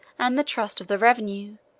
and the trust of the revenue,